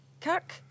Kirk